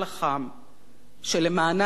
שלמענה התעקש לעשות שלום,